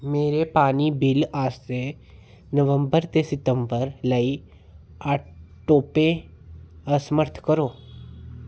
मेरे पानी बिल आस्तै नवंबर ते सितंबर लेई आटो पेऽ असमर्थ करो